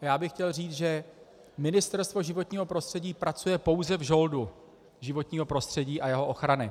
Já bych chtěl říci, že Ministerstvo životního prostředí pracuje pouze v žoldu životního prostředí a jeho ochrany.